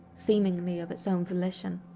seemingly of its own volition.